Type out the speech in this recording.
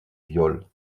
viol